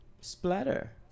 Splatter